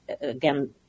again